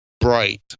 bright